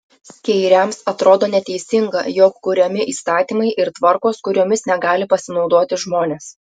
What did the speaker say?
skeiriams atrodo neteisinga jog kuriami įstatymai ir tvarkos kuriomis negali pasinaudoti žmonės